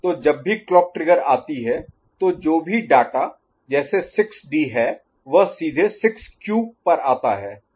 तो जब भी क्लॉक ट्रिगर आती है तोजो भी डाटा जैसे 6D है वह सीधे 6Q पर आता है